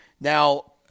Now